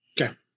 okay